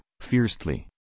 Fiercely